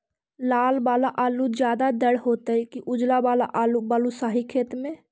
लाल वाला आलू ज्यादा दर होतै कि उजला वाला आलू बालुसाही खेत में?